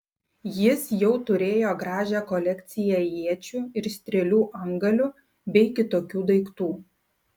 jis jau turėjo gražią kolekciją iečių ir strėlių antgalių bei kitokių daiktų